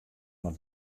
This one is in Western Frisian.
mar